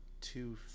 two